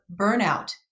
burnout